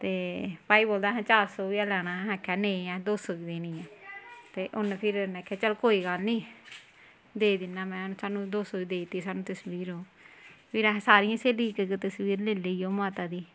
ते भाई बोलदा असें चार सौ गै लैना ऐ असें आखेआ नेईं असें दो सौ देना ऐ ते उन्न फिर आखेआ चल कोई गल्ल निं देई दिन्ना में उन्न सानूं दो सौ दी देई दित्ती सानूं तसवीर ओह् फिर असें सारियें स्हेलियें इक इक तसवीर लेई लेई ओह् माता दी